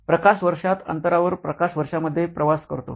प्रकाश वर्षात अंतरावर प्रकाश वर्षामध्ये प्रवास करतो